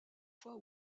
fois